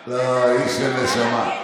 לא, איש של נשמה.